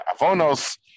Avonos